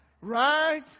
Right